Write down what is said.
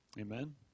Amen